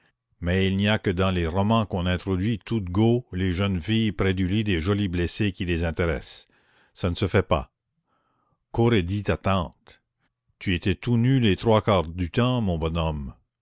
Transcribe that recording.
mais il n'y a que dans les romans qu'on introduit tout de go les jeunes filles près du lit des jolis blessés qui les intéressent ça ne se fait pas qu'aurait dit ta tante tu étais tout nu les trois quarts du temps mon bonhomme